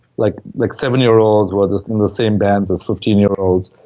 like like seven year olds were just in the same band as fifteen year olds.